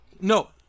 No